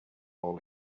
all